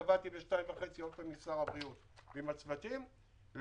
קבעתי להיפגש שוב עם שר הבריאות ועם הצוותים היום בשתיים וחצי,